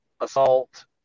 assault